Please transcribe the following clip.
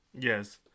Yes